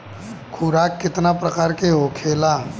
खुराक केतना प्रकार के होखेला?